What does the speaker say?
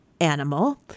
animal